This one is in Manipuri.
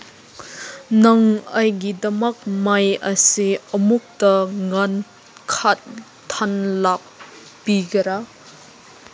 ꯅꯪ ꯑꯩꯒꯤꯗꯃꯛ ꯃꯩ ꯑꯁꯤ ꯑꯃꯨꯛꯇ ꯉꯥꯟꯈꯠꯍꯟꯂꯛꯄꯤꯒꯦꯔꯥ